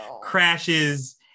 crashes